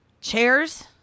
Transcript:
Chairs